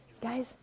Guys